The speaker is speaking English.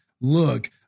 look